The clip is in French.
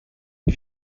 une